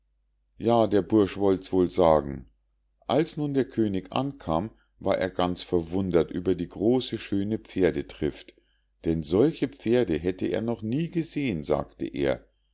ja der bursch wollt's wohl sagen als nun der könig ankam war er ganz verwundert über die große schöne pferdetrift denn solche pferde hätte er noch nie gesehen sagte er